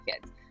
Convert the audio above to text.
kids